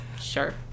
Sure